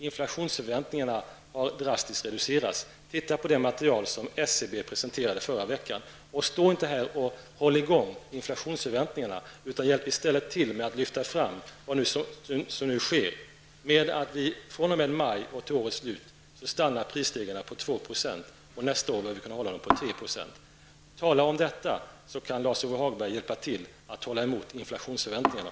Inflationsförväntningarna har drastiskt reducerats. Se på det material som SCB presenterade förra veckan. Stå inte här och håll liv i inflationsförväntningarna utan hjälp i stället till med att lyfta fram vad som nu håller på att ske. fr.o.m. maj och till årets slut stannar prisstegringarna vid 2 %. Nästa år bör vi kunna hålla dem vid 3 %. Tala om detta! Då kan Lars-Ove Hagberg hjälpa till att hålla tillbaka inflationsförväntningarna.